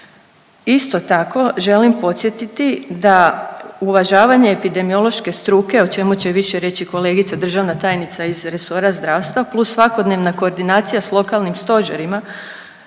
Isto tako, želim podsjetiti da uvažavanje epidemiološke struke o čemu će više riječi kolegica državna tajnica iz resora zdravstva plus svakodnevna koordinacija sa lokalnim stožerima